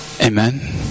Amen